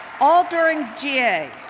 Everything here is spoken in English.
all during ga,